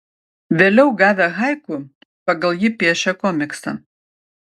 vėliau gavę haiku pagal jį piešė komiksą